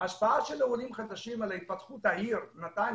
ההשפעה של העולים החדשים על התפתחות העיר נתניה,